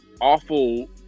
awful